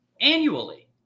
annually